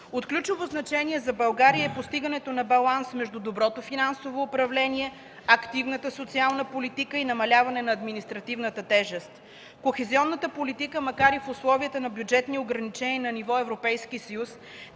От ключово значение за България е постигането на баланс между доброто финансово управление, активната социална политика и намаляване на административната тежест. Кохезионната политика, макар и в условията на бюджетни ограничения на ниво Европейски съюз,